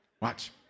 Watch